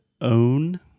own